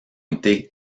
été